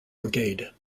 brigade